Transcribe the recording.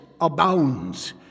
abounds